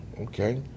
okay